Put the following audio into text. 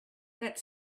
that